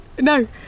No